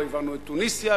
לא הבנו את תוניסיה,